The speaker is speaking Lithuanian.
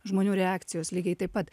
žmonių reakcijos lygiai taip pat